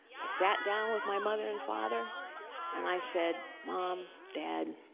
i sat down with my mother and father and i said, mom, dad,